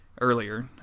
earlier